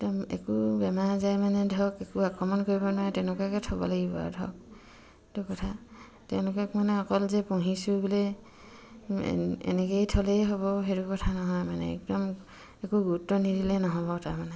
একদম একো বেমাৰ আজাৰে মানে ধৰক একো আক্ৰমণ কৰিব নোৱাৰে তেনেকুৱাকৈ থ'ব লাগিব আৰু ধৰক সেইটো কথা তেওঁলোকক মানে অকল যে পুহিছো বোলে এনেকেই থ'লেই হ'ব সেইটো কথা নহয় মানে একদম একো গুৰুত্ব নিদিলে নহ'ব তাৰমানে